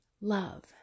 love